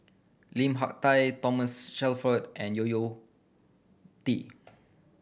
Lim Hak Tai Thomas Shelford and Yo Yo Tee